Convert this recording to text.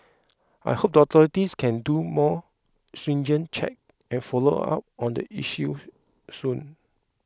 I hope the authorities can do more stringent checks and follow up on the issue soon